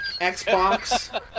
Xbox